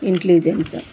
intelligence